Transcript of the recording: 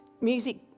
music